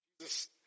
Jesus